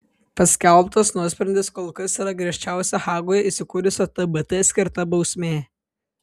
paskelbtas nuosprendis kol kas yra griežčiausia hagoje įsikūrusio tbt skirta bausmė